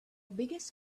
biggest